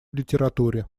литературе